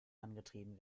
angetrieben